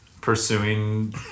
pursuing